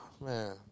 Man